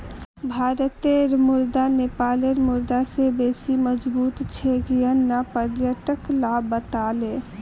भारतेर मुद्रा नेपालेर मुद्रा स बेसी मजबूत छेक यन न पर्यटक ला बताले